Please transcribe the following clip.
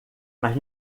mas